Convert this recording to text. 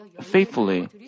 faithfully